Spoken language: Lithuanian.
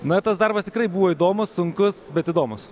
na tas darbas tikrai buvo įdomus sunkus bet įdomūs